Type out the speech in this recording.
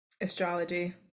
Astrology